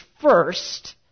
first